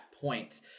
point